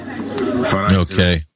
Okay